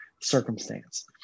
circumstance